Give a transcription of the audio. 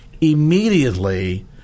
immediately